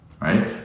Right